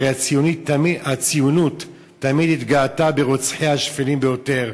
הרי הציונות תמיד התגאתה ברוצחיה השפלים ביותר.